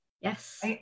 Yes